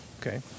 okay